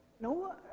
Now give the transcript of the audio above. No